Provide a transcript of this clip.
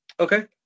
Okay